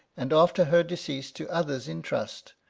and after her decease to others in trust,